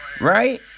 right